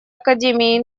академии